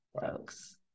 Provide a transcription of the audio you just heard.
folks